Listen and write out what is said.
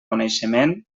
coneixement